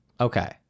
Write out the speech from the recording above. okay